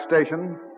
station